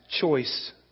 choice